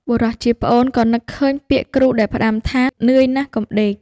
បុរសជាប្អូនក៏នឹកឃើញពាក្យគ្រូដែលផ្ដាំថា "នឿយណាស់កុំដេក"។